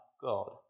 God